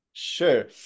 sure